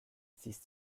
six